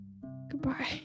Goodbye